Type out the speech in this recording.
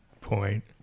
point